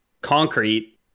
concrete